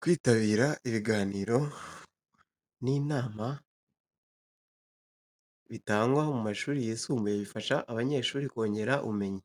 Kwitabira ibiganiro n'inama bitangwa mu mashuri yisumbuye bifasha abanyeshuri kongera ubumenyi,